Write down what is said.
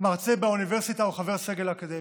מרצה באוניברסיטה או חבר סגל אקדמי.